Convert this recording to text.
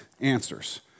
answers